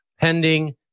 pending